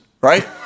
right